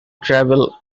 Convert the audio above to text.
travel